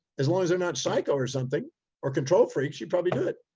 as long as they're not psycho or something or control freaks. you'd probably do it.